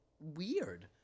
weird